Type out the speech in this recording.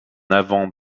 avant